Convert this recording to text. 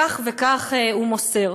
כך וכך הוא מוסר,